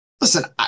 Listen